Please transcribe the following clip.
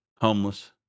homeless